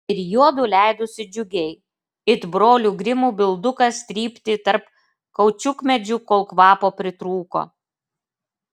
ir juodu leidosi džiugiai it brolių grimų bildukas trypti tarp kaučiukmedžių kol kvapo pritrūko